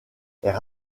est